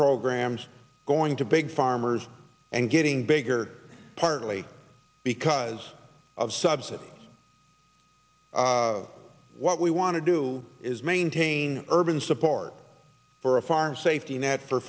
programs going to big farmers and getting bigger partly because of subsidy what we want to do is maintain urban support for a farm safety net for